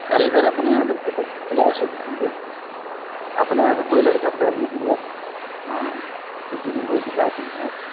अरे सर अपने यहाँ फर्स्ट क्लास है अपने यहाँ तो कोई लड़का फैल ही नहीं हुआ हाँ किसी की कोई शिकायत नहीं आई